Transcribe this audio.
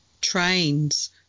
trains